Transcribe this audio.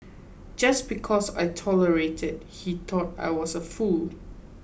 just because I tolerated he thought I was a fool